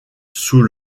sous